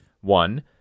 one